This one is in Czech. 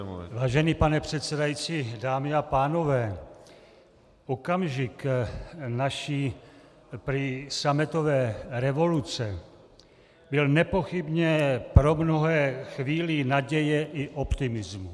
Vážený pane předsedající, dámy a pánové, okamžik naší prý sametové revoluce byl nepochybně pro mnohé chvílí naděje i optimismu.